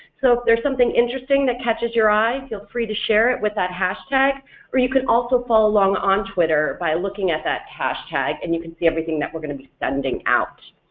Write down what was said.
so if there's something interesting that catches your eye feel free to share it with that hashtag or you can also follow along on twitter by looking at that hashtag and you can see everything that we're going to be sending out.